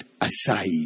aside